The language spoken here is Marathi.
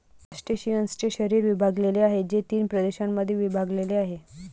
क्रस्टेशियन्सचे शरीर विभागलेले आहे, जे तीन प्रदेशांमध्ये विभागलेले आहे